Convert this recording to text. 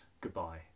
Goodbye